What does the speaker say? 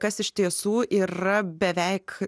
kas iš tiesų yra beveik